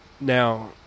Now